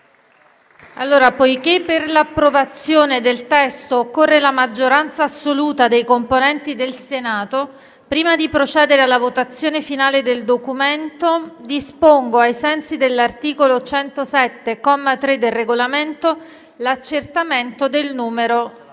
colleghi, poiché per l'approvazione del testo occorre la maggioranza assoluta dei componenti del Senato, prima di procedere alla votazione finale del documento II, n. 1, dispongo, ai sensi dell'articolo 107, comma 3, del Regolamento, l'accertamento del numero